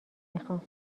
میخام